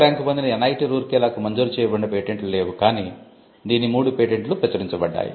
rank 15 పొందిన NIT రూర్కెలాకు మంజూరు చేయబడిన పేటెంట్లు లేవు కానీ దీని 3 పేటెంట్లు ప్రచురించబడ్డాయి